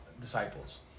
disciples